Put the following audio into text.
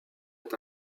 est